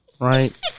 right